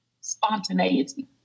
Spontaneity